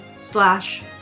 slash